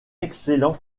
excellent